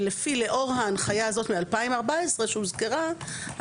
ולאור הנחיה הזאת מ-2014 שהוזכרה,